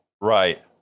right